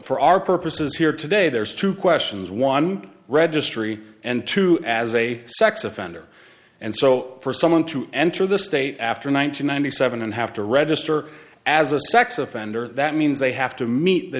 for our purposes here today there's two questions one registry and two as a sex offender and so for someone to enter the state after one thousand nine hundred seven and have to register as a sex offender that means they have to meet the